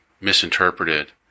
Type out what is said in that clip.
misinterpreted